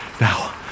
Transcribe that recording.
now